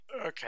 Okay